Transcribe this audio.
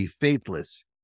Faithless